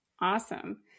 Awesome